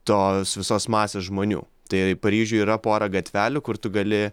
tos visos masės žmonių tai paryžiuj yra porą gatvelių kur tu gali